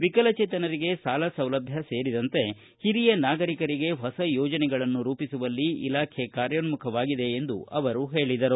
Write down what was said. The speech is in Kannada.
ವಿಕಲಚೇತನರಿಗೆ ಸಾಲ ಸೌಲಭ್ಯ ಸೇರಿದಂತೆ ಹಿರಿಯ ನಾಗರಿಕರಿಗೆ ಹೊಸ ಯೋಜನೆಗಳನ್ನು ರೂಪಿಸುವಲ್ಲಿ ಇಲಾಖೆ ಕಾರ್ಯೋನ್ಮುಖವಾಗಿದೆ ಎಂದು ಅವರು ಹೇಳದರು